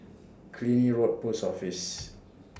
Killiney Road Post Office